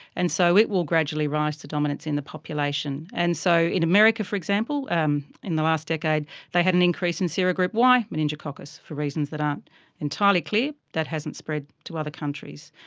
and so it will gradually rise to dominance in the population. and so in america for example um in the last decade they had an increase in serogroup y meningococcus, for reasons that aren't entirely clear. that hasn't spread to other countries.